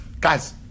Guys